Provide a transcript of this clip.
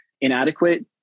inadequate